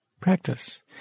Practice